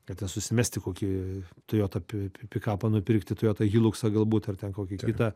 kad ten susimesti kokį toyota pi pikapą nupirkti toyota hiluxą galbūt ar ten kokį kitą